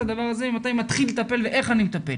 הדבר הזה ומתי מתחיל לטפל ואיך אני מטפל.